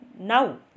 Now